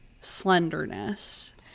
slenderness